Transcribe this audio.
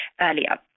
earlier